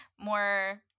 more